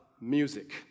music